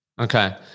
Okay